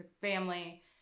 family